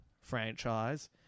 franchise